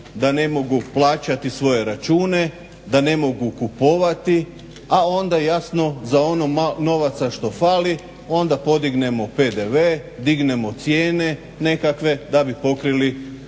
da ne mogu plaćati svoje račune, da ne mogu kupovati a onda jasno za ono malo novaca što fali, onda podignemo PDV, dignemo cijene nekakve da bi pokrili